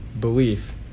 belief